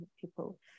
people